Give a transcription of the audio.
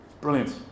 brilliant